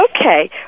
Okay